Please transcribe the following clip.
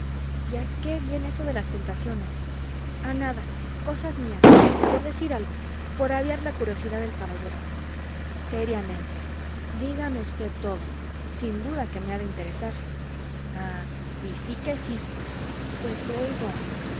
a qué viene eso de las tentaciones a nada cosas mías por decir algo por avivar la curiosidad del caballero seriamente dígame usted todo sin duda que me ha de interesar ah y sí que sí pues oigo